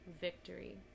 victory